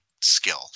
skill